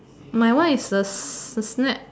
my one is the snack